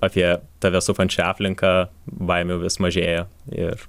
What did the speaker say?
apie tave supančią aplinką baimė vis mažėja ir